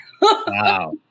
Wow